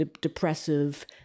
depressive